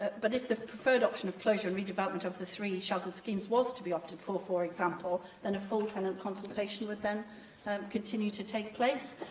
but, if the preferred option of closure and redevelopment of the three sheltered schemes was to be opted for, for example, then a full tenant consultation would then continue to take place.